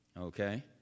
Okay